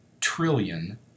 trillion